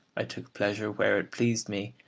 i took pleasure where it pleased me,